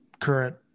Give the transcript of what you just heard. current